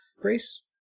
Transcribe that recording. grace